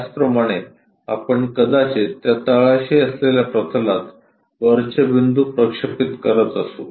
त्याचप्रमाणे आपण कदाचित त्या तळाशी असलेल्या प्रतलात वरचे बिंदू प्रक्षेपित करत असू